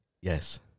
Yes